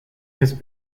has